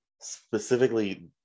specifically